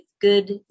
good